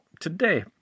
today